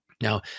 Now